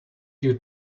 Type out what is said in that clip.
due